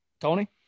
Tony